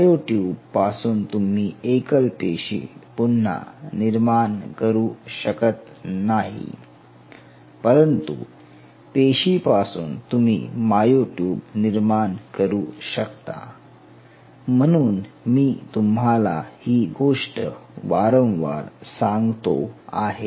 myo tube पासून तुम्ही एकल पेशी पुन्हा निर्माण करू शकत नाही परंतु पेशीपासून तुम्ही मायओ ट्यूब निर्माण करू शकता म्हणून मी तुम्हाला ही गोष्ट वारंवार सांगतो आहे